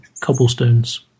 cobblestones